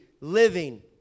living